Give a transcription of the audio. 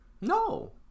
No